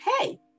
Hey